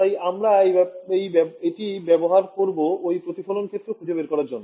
তাই আমরা এটা ব্যাবহার করবো ঐ প্রতিফলন ক্ষেত্র খুজে বের করার জন্য